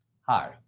Hi